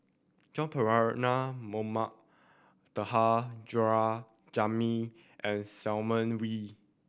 Joan Mohamed Taha Jamil and Simon Wee